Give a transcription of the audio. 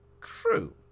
True